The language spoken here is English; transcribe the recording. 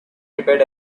prepared